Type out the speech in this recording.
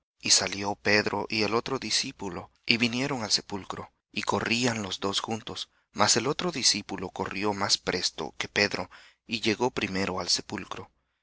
salió pedro y el otro discípulo y vinieron al sepulcro y corrían los dos juntos mas el otro discípulo corrió más presto que pedro y llegó primero al sepulcro